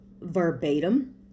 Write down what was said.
verbatim